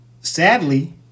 sadly